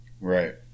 Right